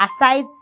aside